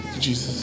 Jesus